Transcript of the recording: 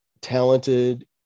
talented